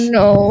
no